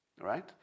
right